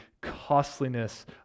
costliness